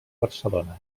barcelona